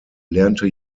lernte